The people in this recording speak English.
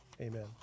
Amen